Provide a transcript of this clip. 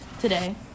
today